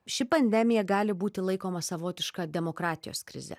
ši pandemija gali būti laikoma savotiška demokratijos krize